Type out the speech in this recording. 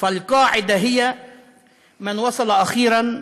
הכלל הוא שמי שהגיע אחרון,